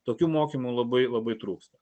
tokių mokymų labai labai trūksta